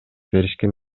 беришкен